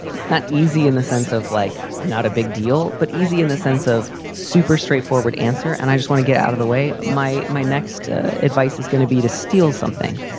not easy in the sense of like not a big deal, but easy in the sense of super straightforward answer. and i just want to get out of the way. my my next advice is going to be to steal something.